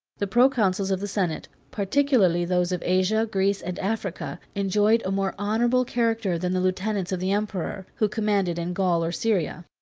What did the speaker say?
the proconsuls of the senate, particularly those of asia, greece, and africa, enjoyed a more honorable character than the lieutenants of the emperor, who commanded in gaul or syria.